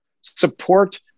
Support